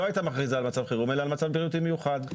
הייתה מכריזה על מצב חירום אלא על מצב בריאותי מיוחד.